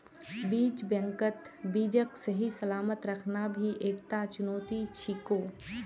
बीज बैंकत बीजक सही सलामत रखना भी एकता चुनौती छिको